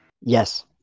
Yes